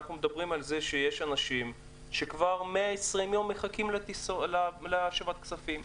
אנחנו מדברים על זה שיש אנשים שכבר 120 יום מחכים להשבת כספים.